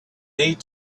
need